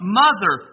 mother